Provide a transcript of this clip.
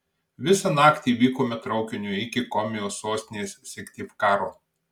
visą naktį vykome traukiniu iki komijos sostinės syktyvkaro